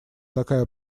такая